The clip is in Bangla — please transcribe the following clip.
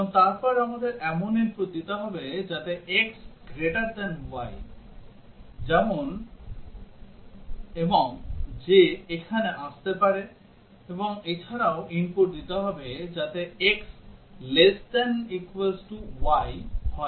এবং তারপর আমাদের এমন input দিতে হবে যাতে x y যেমন এবং যে এখানে আসতে পারে এবং এছাড়াও input দিতে হবে যাতে x y হয়